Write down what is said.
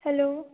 hello